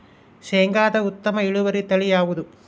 ಶೇಂಗಾದ ಉತ್ತಮ ಇಳುವರಿ ತಳಿ ಯಾವುದು?